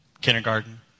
kindergarten